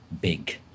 big